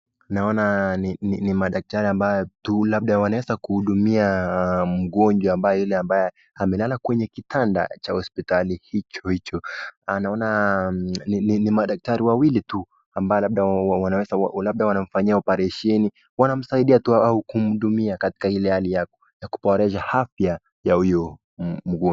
naona ni madakitari tu ambaye wanaweza kuhudumia mgonjwa ambaye yule amewezakulala kwenye kitanda cha hospitali hicho hicho naona ni madakitari wawilitu ambaye labda wanaweza labda wanamfanyia opareseni wanamsai dia tu katika hali ya kuboresha afya ya huyu mgonjwa